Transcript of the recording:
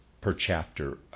per-chapter